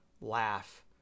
laugh